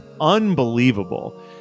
unbelievable